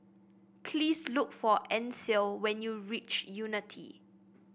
please look for Ancel when you reach Unity